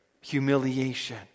humiliation